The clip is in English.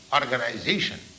organization